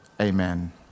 Amen